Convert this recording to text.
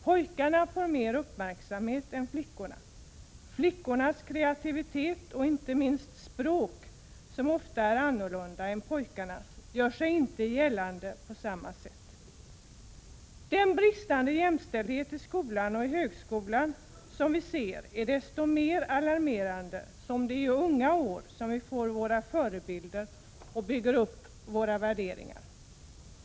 Pojkarna får mer uppmärksamhet än flickorna. Flickornas kreativitet och inte minst språk, som ofta är annorlunda än pojkarnas, gör sig inte gällande på samma sätt. Den bristande jämställdhet som vi ser i skolan och i högskolan är desto mer alarmerande som det är i unga år vi får våra förebilder och bygger upp våra värderingar.